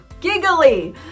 giggly